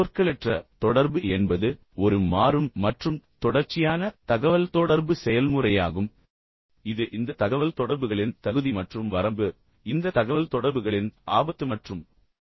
சொற்களற்ற தொடர்பு என்பது ஒரு மாறும் மற்றும் தொடர்ச்சியான தகவல்தொடர்பு செயல்முறையாகும் இது இந்த தகவல்தொடர்புகளின் தகுதி மற்றும் வரம்பு இந்த தகவல்தொடர்புகளின் ஆபத்து மற்றும் சொத்தாகும்